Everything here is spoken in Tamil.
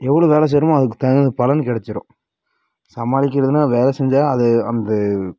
எவ்வளோ வேலை செய்யறமோ அதுக்குத் தகுந்த பலன் கிடைச்சிரும் சமாளிக்குறதுன்னா வேலை செஞ்சால் அது அந்த